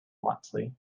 bluntly